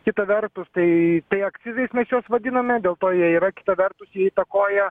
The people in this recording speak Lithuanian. kita vertus tai tai akcizais mes juos vadiname dėl to jie yra kita vertus jie įtakoja